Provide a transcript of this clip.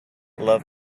love